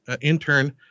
intern